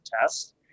test